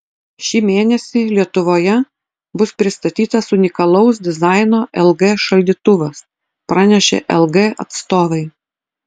šį mėnesį lietuvoje bus pristatytas unikalaus dizaino lg šaldytuvas pranešė lg atstovai